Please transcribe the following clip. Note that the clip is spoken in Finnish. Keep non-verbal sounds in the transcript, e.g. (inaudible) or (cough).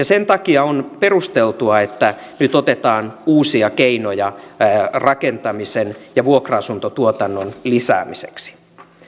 (unintelligible) sen takia on perusteltua että nyt otetaan uusia keinoja rakentamisen ja vuokra asuntotuotannon lisäämiseksi